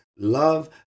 love